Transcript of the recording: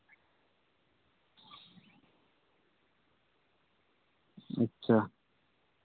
ᱟᱪᱪᱷᱟ